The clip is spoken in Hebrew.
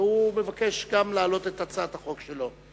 והוא מבקש גם להעלות את הצעת החוק שלו.